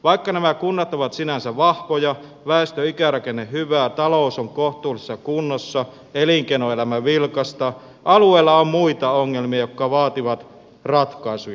vaikka nämä kunnat ovat sinänsä vahvoja väestön ikärakenne hyvä talous on kohtuullisessa kunnossa ja elinkeinoelämä vilkasta alueilla on muita ongelmia jotka vaativat ratkaisuja